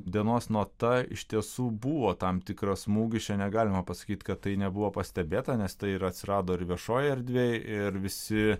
dienos nota iš tiesų buvo tam tikras smūgis čia negalima pasakyt kad tai nebuvo pastebėta nes tai ir atsirado ir viešoj erdvėj ir visi